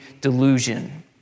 delusion